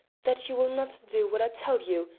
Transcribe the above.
that you will not do what i tell you,